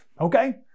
Okay